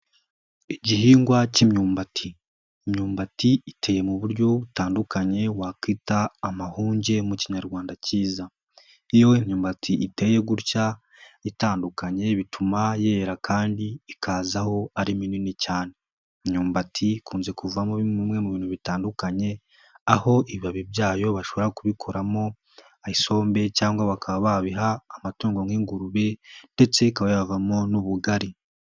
Igihingwa cy'imyumbati. Imyumbati iteye mu buryo butandukanye wakwita amahunnge mu Kinyarwanda cyiza. Iyo imyumbati iteye gutya itandukanye bituma yera kandi ikazaho ari minini cyane. Imyumbati ikunze kuvamo bimwe mu bintu bitandukanye aho ibibabi byayo bashobora kubikuramo isombe cyangwa bakaba babiha amatungo nk'ingurube ndetse ikaba yavamo n'ubugari.